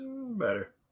Better